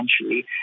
essentially